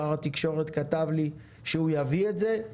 שר התקשורת כתב לי שהוא יביא את זה,